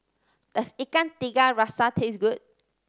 does Ikan Tiga Rasa taste good